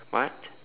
what